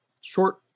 short